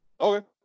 Okay